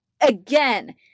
again